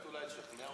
ישראל מעורבת בהחלטה?